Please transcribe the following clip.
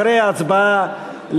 אחרי ההצבעה,